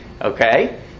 Okay